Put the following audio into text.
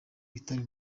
bitari